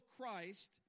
Christ